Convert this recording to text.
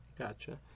Gotcha